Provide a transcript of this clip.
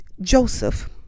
Joseph